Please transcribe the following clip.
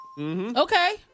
okay